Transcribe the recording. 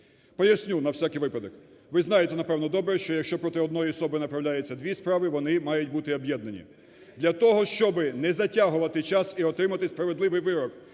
Поясню на всякий випадок. Ви знаєте, напевно, добре, що якщо проти однієї особи направляється дві справи, вони мають бути об'єднані. Для того, щоб не затягувати час і отримати справедливий вирок